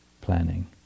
planning